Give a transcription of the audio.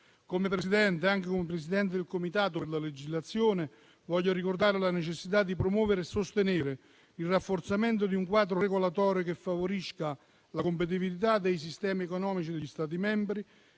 e crescita. Come Presidente del Comitato per la legislazione, desidero ricordare la necessità di promuovere e sostenere il rafforzamento di un quadro regolatorio che favorisca la competitività dei sistemi economici degli Stati membri